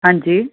ਹਾਂਜੀ